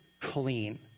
clean